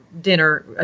dinner